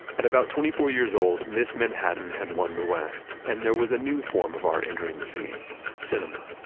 but about twenty four years old, miss manhattan had won the west. and there was a new form of art entering the scene cinema.